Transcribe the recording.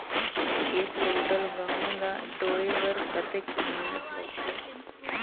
एक कुंटल गहूं ला ढोए बर कतेक मेहनत लगथे?